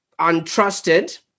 untrusted